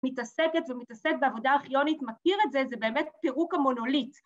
‫מתעסקת ומתעסק בעבודה ארכיונית, ‫מכיר את זה, זה באמת פירוק המונוליט.